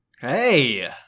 Hey